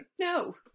No